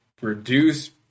reduce